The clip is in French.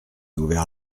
ouvert